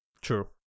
true